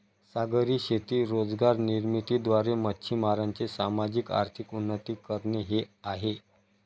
सागरी शेती रोजगार निर्मिती द्वारे, मच्छीमारांचे सामाजिक, आर्थिक उन्नती करणे हे आहे